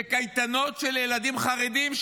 לקייטנות של ילדים חרדים,